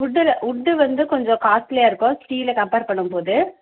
உட்டில் wood வந்து கொஞ்சம் காஸ்ட்லியாக இருக்கும் ஸ்டீலை கம்பேர் பண்ணும்போது